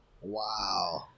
Wow